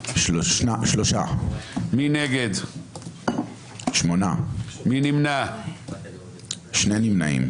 8 נגד, אין נמנעים.